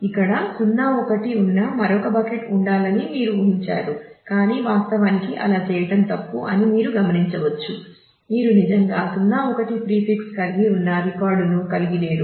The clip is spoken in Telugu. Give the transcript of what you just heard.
ఇక్కడ 0 1 ఉన్న మరొక బకెట్ ఉండాలని మీరు ఊహించారు కాని వాస్తవానికి అలా చేయటం తప్పు అని మీరు గమనించవచ్చు మీరు నిజంగా 0 1 ప్రీఫిక్స్ను కలిగి లేరు